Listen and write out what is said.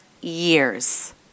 years